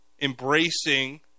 embracing